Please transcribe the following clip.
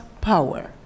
power